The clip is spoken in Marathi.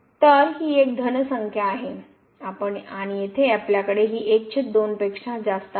तर ही एक धन संख्या आहे आणि येथे आपल्याकडे ही 12पेक्षा जास्त आहे